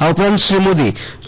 આ ઉપરાંત